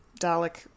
Dalek